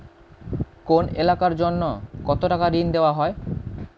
কোন এলাকার জন্য কত টাকা ঋণ দেয়া হয়?